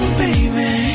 baby